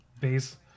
Base